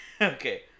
Okay